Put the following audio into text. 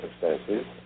circumstances